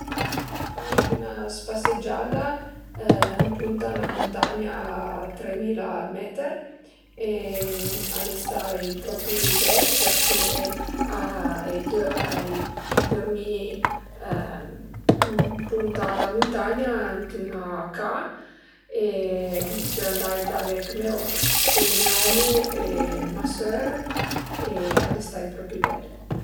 Ai fait üna spasegiada ën punta a 'na muntagna a tremila meter e al e stait propi bel përché ai dörmì ën punta a la muntagna cun me omu e ma sör e al e stait propi bel